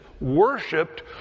worshipped